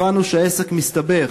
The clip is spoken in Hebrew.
הבנו שהעסק מסתבך.